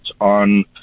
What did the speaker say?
on